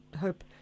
hope